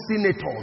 senators